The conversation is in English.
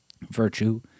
virtue